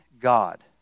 God